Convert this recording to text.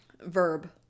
verb